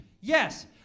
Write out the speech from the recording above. Yes